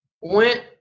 went